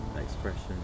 expression